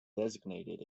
designated